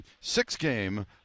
six-game